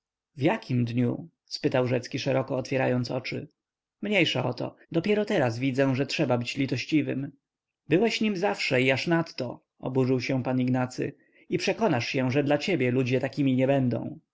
w jakim dniu spytał rzecki szeroko otwierając oczy mniejsza o to dziś dopiero widzę że trzeba być litościwym byłeś nim zawsze i aż zanadto oburzył się pan ignacy i przekonasz się że dla ciebie ludzie takimi nie będą